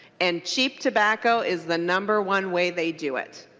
and cheap tobacco is the number one way they do it.